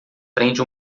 prende